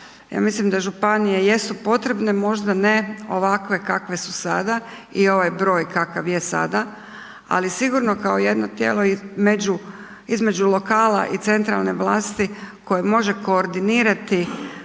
Ja mislim da županije jesu potrebne, možda ne ovakve kakve su sada i ovaj broj kakav je sada, ali sigurno kao jedno tijelo i među, između lokala i centralne vlasti koja može koordinirati